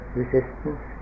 resistance